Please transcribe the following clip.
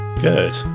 good